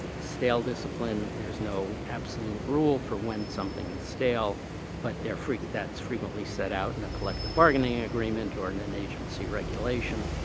stale discipline, there's no absolute rule for when something is stale but they're that's frequently said out in a collective bargaining agreement or in an agency regulation.